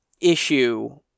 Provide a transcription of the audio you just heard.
issue